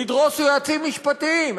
לדרוס יועצים משפטיים,